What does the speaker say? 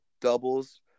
doubles